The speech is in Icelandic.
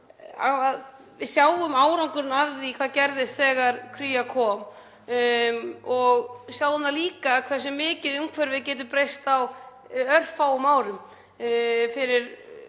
Við sjáum árangurinn af því og hvað gerðist þegar Kría kom og sjáum það líka hversu mikið umhverfið getur breyst á örfáum árum.